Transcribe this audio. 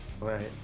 Right